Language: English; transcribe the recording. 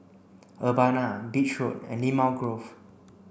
Urbana Beach Road and Limau Grove